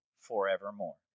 forevermore